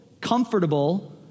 comfortable